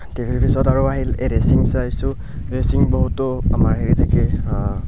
T V পিছত আৰু আহিল ৰেচিং চাইছোঁ ৰেচিং বহুতো আমাৰ হেৰি থাকে